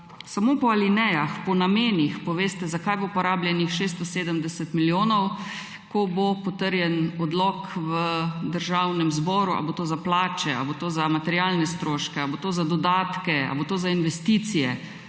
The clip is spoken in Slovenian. samo po alinejah, po namenih poveste: Zakaj bo porabljenih 670 milijonov, ko bo potrjen odlok v Državnem zboru? Ali bo za plače ali bo to za materialne stroške ali bo to za dodatke ali bo to za investicije?